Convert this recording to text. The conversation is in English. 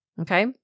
okay